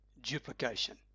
duplication